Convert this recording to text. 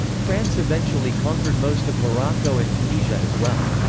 france eventually conquered most of morocco and tunisia as well.